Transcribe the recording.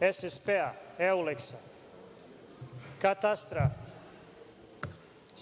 SSP-a, Euleksa, katastra,